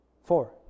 Four